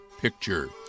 picture